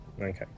okay